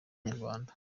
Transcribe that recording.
inyarwanda